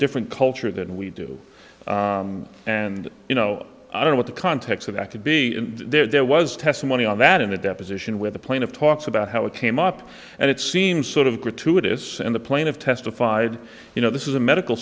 different culture than we do and you know i don't want the context of that to be in there there was testimony on that in a deposition where the plain of talks about how it came up and it seems sort of gratuitous in the plane of testified you know this is a medical